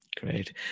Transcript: Great